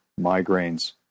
migraines